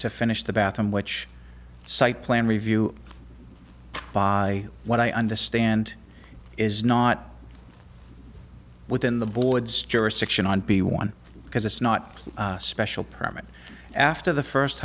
to finish the bathroom which site plan review by what i understand is not within the board's jurisdiction on b one because it's not a special permit after the first